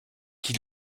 qui